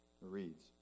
reads